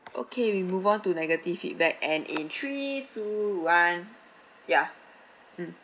okay we move on to negative feedback and in three two one ya mm